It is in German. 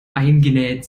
eingenäht